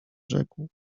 rzekł